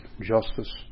justice